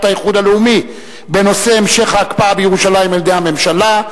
האיחוד הלאומי בנושא: המשך ההקפאה בירושלים על-ידי הממשלה.